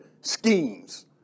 schemes